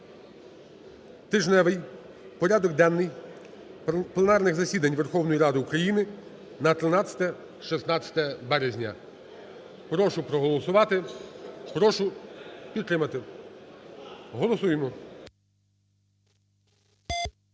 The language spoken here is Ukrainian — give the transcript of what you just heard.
тижневий порядок денний пленарних засідань Верховної Ради України на 13-16 березня. Прошу проголосувати, прошу підтримати. Голосуємо.